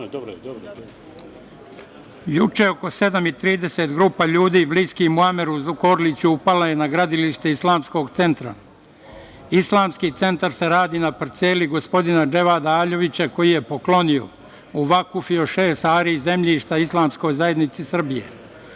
i trideset grupa ljudi bliskih Muameru Zukorliću upala je na gradilište Islamskog centra. Islamski centar se radi na parceli gospodina Dževada Aljovića koji je poklonio, uvakufio šest ari zemljišta Islamskoj zajednici Srbije.